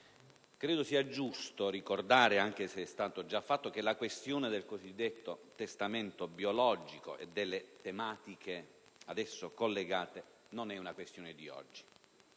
credo sia giusto ricordare, anche se è stato già fatto, che la questione del cosiddetto testamento biologico e delle tematiche ad esso collegate non è di oggi.